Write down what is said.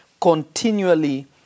continually